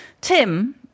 Tim